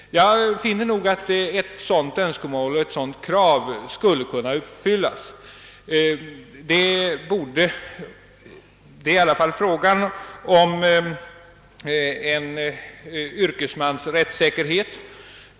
Jag finner nog att ett sådant önskemål skulle kunna uppfyllas. Det är i alla fall fråga om en yrkesmans rättssäkerhet.